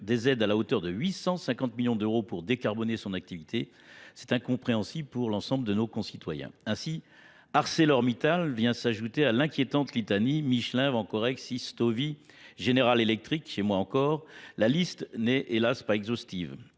des aides à la hauteur de 850 millions d'euros pour décarboner son activité, c'est incompréhensible pour l'ensemble de nos concitoyens. ArcelorMittal vient s'ajouter à l'inquiétante Litani Michelin-Vancorex-Istovie, générale électrique chez moi encore. La liste n'est hélas pas exhaustive.